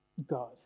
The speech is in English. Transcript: God